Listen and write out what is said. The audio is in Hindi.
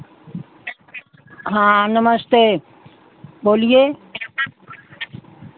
हाँ नमस्ते बोलिए